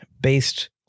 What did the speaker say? based